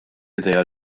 idea